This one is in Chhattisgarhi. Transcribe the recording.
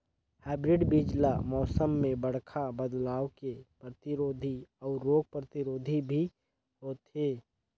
हाइब्रिड बीज ल मौसम में बड़खा बदलाव के प्रतिरोधी अऊ रोग प्रतिरोधी भी होथे